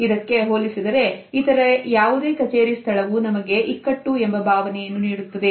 ಇದಕ್ಕೆ ಹೋಲಿಸಿದರೆ ಇತರೆ ಯಾವುದೇ ಕಚೇರಿ ಸ್ಥಳವು ನಮಗೆ ಇಕ್ಕಟ್ಟು ಎಂಬ ಭಾವನೆಯನ್ನು ನೀಡುತ್ತದೆ